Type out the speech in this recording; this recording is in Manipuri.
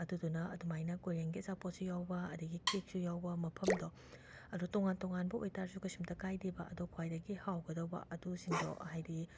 ꯑꯗꯨꯗꯨꯅ ꯑꯗꯨꯃꯥꯏꯅ ꯀꯣꯔꯤꯌꯟꯒꯤ ꯑꯆꯥꯄꯣꯠꯁꯨ ꯌꯥꯎꯕ ꯑꯗꯒꯤ ꯀꯦꯛꯁꯨ ꯌꯥꯎꯕ ꯃꯐꯝꯗꯣ ꯑꯗꯣ ꯇꯣꯉꯥꯟ ꯇꯣꯉꯥꯟꯕ ꯑꯣꯏ ꯇꯥꯔꯁꯨ ꯀꯩꯁꯨꯝꯇ ꯀꯥꯏꯗꯦꯕ ꯑꯗꯣ ꯈ꯭ꯋꯥꯏꯗꯒꯤ ꯍꯥꯎꯒꯗꯕ ꯑꯗꯨꯁꯤꯡꯗꯣ ꯍꯥꯏꯗꯤ